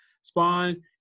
Spawn